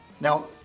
Now